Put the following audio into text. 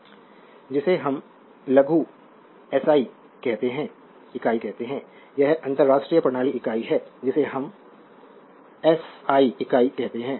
slide समय देखें 1051 जिसे हम लघु एस आई इकाई कहते हैं यह एक अंतर्राष्ट्रीय प्रणाली इकाई है जिसे हम एस आई इकाइयाँ कहते हैं